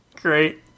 Great